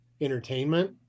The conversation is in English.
entertainment